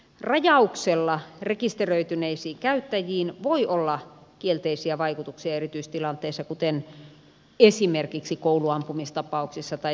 rajauksella rekisteröityneisiin käyttäjiin voi olla kielteisiä vaikutuksia erityistilanteissa kuten esimerkiksi kouluampumistapauksissa tai sieppauksissa